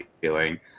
feeling